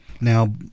now